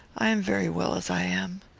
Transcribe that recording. i am very well as i am.